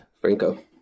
Franco